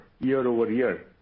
year-over-year